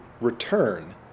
return